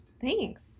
Thanks